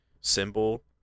symbol